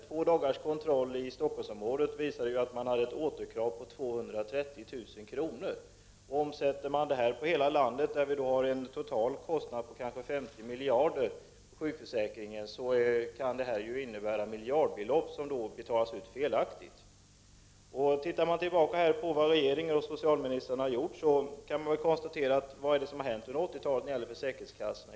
Två dagars kontroll i Stockholmsområdet gjorde att man fick ett återkrav på 230 000 kr. Omsätter man den siffran för hela landet, där vi har en total kostnad för sjukförsäkringen på kanske 50 miljarder, inser man att det kan vara miljardbelopp som betalas ut felaktigt. Låt oss titta tillbaka på vad regeringen och socialministern har gjort. Vad är det som har hänt under 1980-talet när det gäller försäkringskassorna?